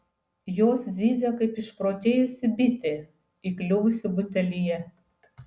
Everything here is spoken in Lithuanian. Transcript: jos zyzia kaip išprotėjusi bitė įkliuvusi butelyje